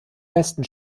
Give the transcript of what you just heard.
besten